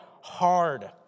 hard